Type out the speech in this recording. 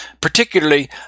particularly